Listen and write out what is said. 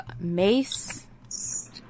Mace